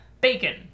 Bacon